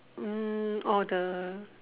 mm all the